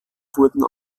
wurden